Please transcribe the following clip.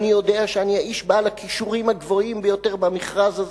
אני יודע שאני האיש בעל הכישורים הגבוהים ביותר במכרז הזה,